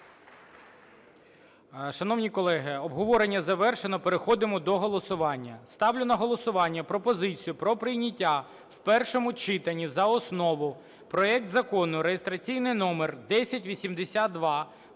Шановні колеги, обговорення завершено. Переходимо до голосування. Ставлю на голосування пропозицію про прийняття в першому читанні за основу проект Закону (реєстраційний номер 1082)